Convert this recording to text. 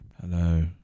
Hello